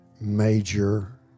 major